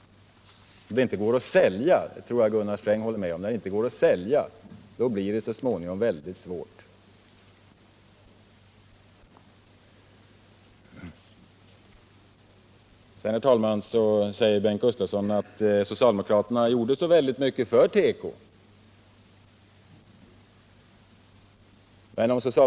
Jag tror att också Gunnar Sträng håller med mig om att om det inte går att sälja, då uppstår så småningom svårigheter. Bengt Gustavsson påstår också att socialdemokraterna gjort så mycket för tekoindustrin.